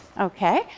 Okay